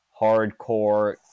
hardcore